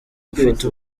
ufite